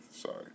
sorry